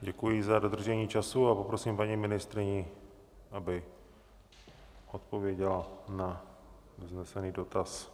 Děkuji za dodržení času a poprosím paní ministryni, aby odpověděla na vznesený dotaz